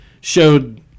showed